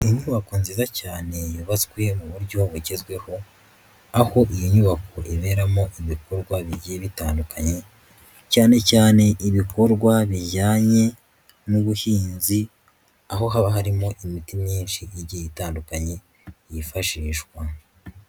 Inyubako nziza cyane yabatswe mu buryo bugezweho, aho iyi nyubako iberamo ibikorwa bigiye bitandukanye cyane cyane ibikorwa bijyanye n'ubuhinzi, aho haba harimo imiti myinshi igiye itandukanye yifashishwa.